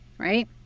right